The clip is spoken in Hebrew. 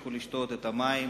והמשיכו לשתות את המים.